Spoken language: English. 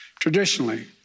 Traditionally